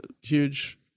huge